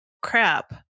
crap